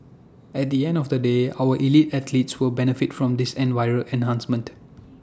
at the end of the day our elite athletes will benefit from this in viral enhancement